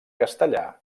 castellà